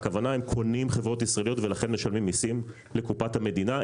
הן קונות חברות ישראליות ולכן משלמות מיסים לקופת המדינה.